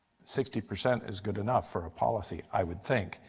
sixty percent is good enough for a policy. i would think.